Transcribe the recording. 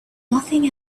nothing